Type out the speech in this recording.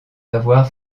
avoir